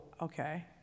okay